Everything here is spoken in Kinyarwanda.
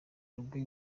uruguay